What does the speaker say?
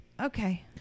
Okay